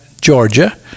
Georgia